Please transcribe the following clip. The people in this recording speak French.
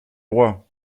roi